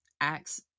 acts